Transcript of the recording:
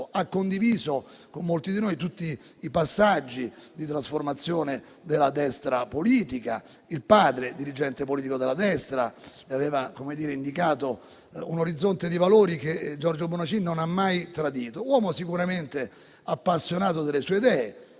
Ha condiviso con molti di noi tutti i passaggi di trasformazione della destra politica. Il padre, dirigente politico della destra, gli aveva indicato un orizzonte di valori che Giorgio Bornacin non ha mai tradito. Uomo sicuramente appassionato delle sue idee,